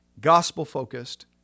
Gospel-focused